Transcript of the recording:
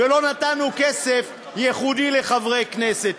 לא נתנו כסף ייחודי לחברי כנסת.